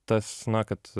tas na kad